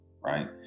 Right